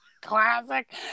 Classic